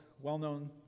well-known